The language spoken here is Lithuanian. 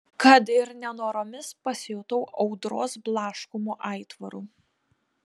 kad ir nenoromis pasijutau audros blaškomu aitvaru